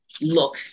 look